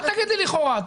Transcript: אל תגיד לי לכאורה.